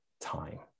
time